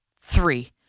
three